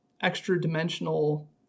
extra-dimensional